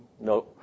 no